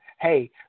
hey